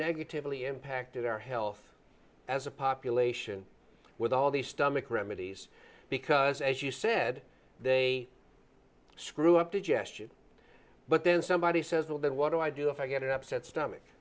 negatively impacted our health as a population with all these stomach remedies because as you said they screw up the gesture but then somebody says well then what do i do if i get an upset stomach